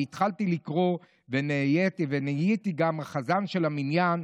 והתחלתי לקרוא ונהייתי גם חזן של המניין,